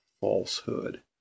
falsehood